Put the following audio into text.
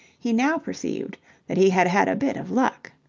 he now perceived that he had had a bit of luck.